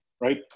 right